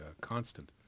constant